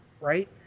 right